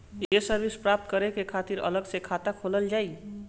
ये सर्विस प्राप्त करे के खातिर अलग से खाता खोलल जाइ?